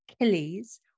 Achilles